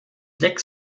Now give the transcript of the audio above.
lecks